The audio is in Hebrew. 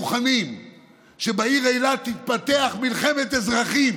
מוכנים שבעיר אילת תתפתח מלחמת אזרחים